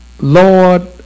Lord